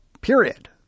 period